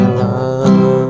love